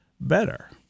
better